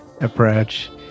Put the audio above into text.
approach